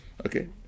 Okay